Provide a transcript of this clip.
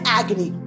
agony